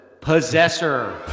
Possessor